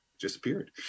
disappeared